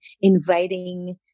inviting